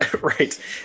right